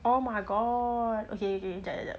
oh my god okay jap jap jap